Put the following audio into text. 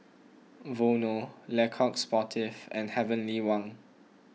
Vono Le Coq Sportif and Heavenly Wang